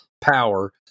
power